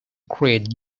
create